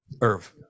Irv